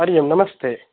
हरि ओम् नमस्ते